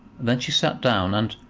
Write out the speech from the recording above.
then she sat down, and,